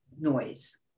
noise